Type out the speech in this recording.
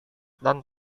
dan